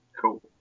Cool